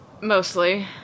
Mostly